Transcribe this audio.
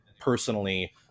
personally